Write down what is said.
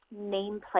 nameplate